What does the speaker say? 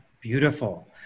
beautiful